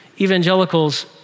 evangelicals